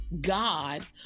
God